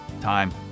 time